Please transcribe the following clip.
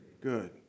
Good